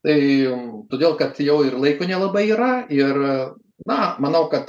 tai todėl kad jau ir laiko nelabai yra ir na manau kad